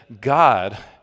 God